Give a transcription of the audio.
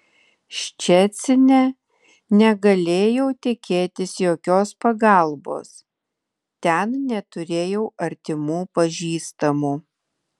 ščecine negalėjau tikėtis jokios pagalbos ten neturėjau artimų pažįstamų